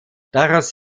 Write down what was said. daraus